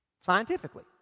Scientifically